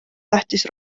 tähtis